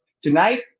tonight